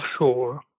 offshore